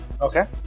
Okay